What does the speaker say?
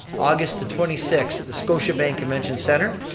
august the twenty sixth, at the scotibank convention center.